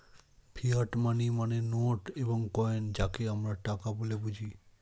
fiat money মানে note এবং coin যাকে আমরা টাকা বলে বুঝি